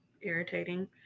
irritating